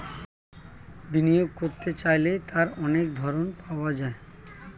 বিনিয়োগ করতে চাইলে তার অনেক ধরন পাওয়া যায়